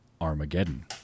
Armageddon